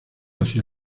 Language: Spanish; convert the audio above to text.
hacia